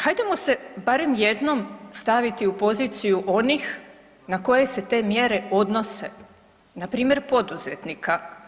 Hajdemo se barem jednom staviti u poziciju onih na koje se te mjere odnose, na primjer poduzetnika.